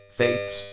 faiths